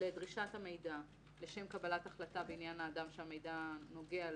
לדרישת המידע לשם קבלת החלטה בעניין האדם שהמידע נוגע לו.